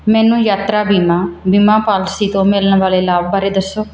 ਮੈਨੂੰ ਯਾਤਰਾ ਬੀਮਾ ਬੀਮਾ ਪਾਲਿਸੀ ਤੋਂ ਮਿਲਣ ਵਾਲੇ ਲਾਭ ਬਾਰੇ ਦੱਸੋ